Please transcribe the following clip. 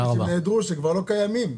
הם כבר לא קיימים,